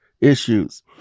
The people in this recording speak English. issues